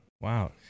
wow